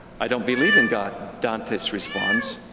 i don't believe in god, dantes responds.